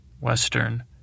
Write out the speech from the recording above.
western